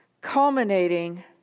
culminating